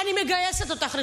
אני מגייסת אותך לשירותיי.